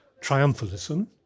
triumphalism